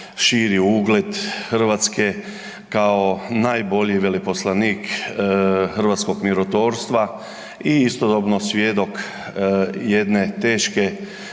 širi ugled Hrvatske kao najbolji veleposlanik hrvatskog mirotvorstva i istodobno svjedok jedne teške